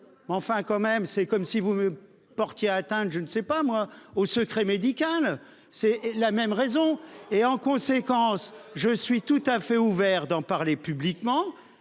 Enfin quand même, c'est comme si vous me porter atteinte. Je ne sais pas moi au secret médical. C'est la même raison et en conséquence je suis tout à fait ouvert d'en parler publiquement,